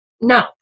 No